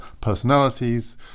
personalities